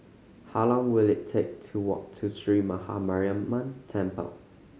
how long will it take to walk to Sree Maha Mariamman Temple